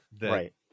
Right